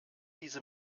diese